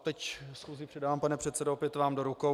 Teď schůzi předám, pane předsedo, opět vám do rukou.